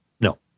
No